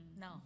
no